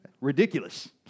Ridiculous